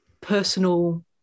personal